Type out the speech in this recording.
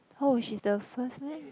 oh she's the first meh